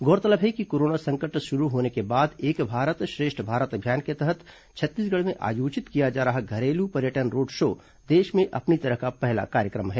गौरतलब है कि कोरोना संकट शुरू होने के बाद एक भारत श्रेष्ठ भारत अभियान के तहत छत्तीसगढ़ में आयोजित किया जा रहा घरेलू पर्यटन रोड शो देश में अपनी तरह का पहला कार्यक्रम है